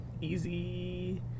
easy